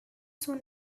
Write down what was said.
soon